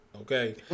okay